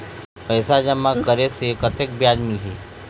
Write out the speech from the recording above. पैसा जमा करे से कतेक ब्याज मिलही?